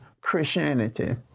Christianity